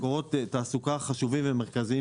אלה מקורות תעסוקה חשובים ומרכזיים